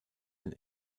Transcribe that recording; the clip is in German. den